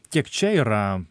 kiek čia yra